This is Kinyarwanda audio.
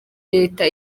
leta